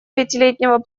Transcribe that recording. пятилетнего